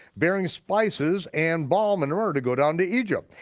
bearing spices and balm in order to go down to egypt.